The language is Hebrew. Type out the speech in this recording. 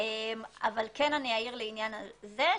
אבל לעניין הזה אעיר,